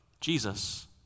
Jesus